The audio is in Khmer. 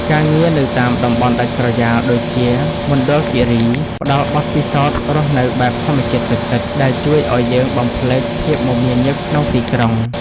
ការងារនៅតាមតំបន់ដាច់ស្រយាលដូចជា មណ្ឌលគិរី ផ្ដល់បទពិសោធន៍រស់នៅបែបធម្មជាតិពិតៗដែលជួយឱ្យយើងបំភ្លេចភាពមមាញឹកក្នុងទីក្រុង។